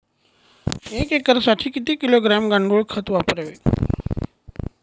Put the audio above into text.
एक एकरसाठी किती किलोग्रॅम गांडूळ खत वापरावे?